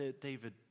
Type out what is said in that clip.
David